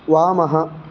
वामः